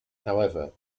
however